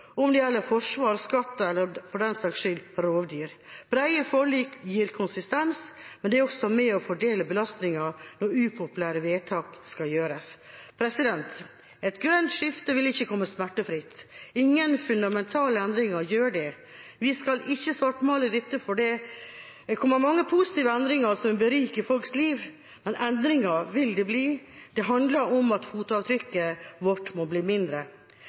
Om det gjelder forsvar, skatt eller – for den saks skyld – rovdyr: Brede forlik gir konsistens, og det er også med og fordeler belastningen når upopulære vedtak skal fattes. Et grønt skifte vil ikke komme smertefritt. Ingen fundamentale endringer gjør det. Vi skal ikke svartmale dette allikevel. Det kommer mange positive endringer som vil berike folks liv, men endringer vil det bli. Det handler om at fotavtrykket vårt må bli mindre.